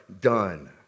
done